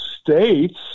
states